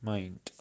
Mind